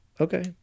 Okay